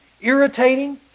irritating